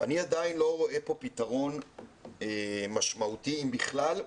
אני עדיין לא רואה פה פתרון משמעותי, אם בכלל,